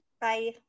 bye